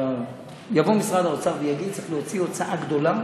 יבוא משרד האוצר ויגיד: צריך להוציא הוצאה גדולה